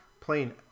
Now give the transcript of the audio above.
playing